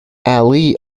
ali